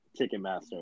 Ticketmaster